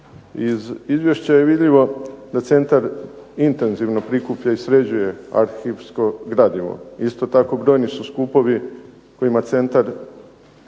Iz izvješća je vidljivo da centar intenzivno prikuplja i sređuje arhivsko gradivo. Isto tako, brojni su skupovi kojima centar